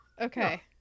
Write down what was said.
Okay